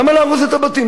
למה להרוס את הבתים?